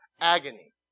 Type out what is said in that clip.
Agony